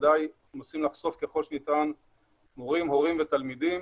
בוודאי מנסים לחשוף ככל שניתן מורים הורים ותלמידים,